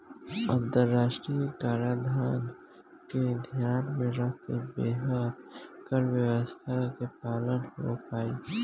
अंतरराष्ट्रीय कराधान के ध्यान में रखकर बेहतर कर व्यावस्था के पालन हो पाईल